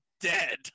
dead